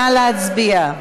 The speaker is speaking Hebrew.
נא להצביע.